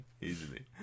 easily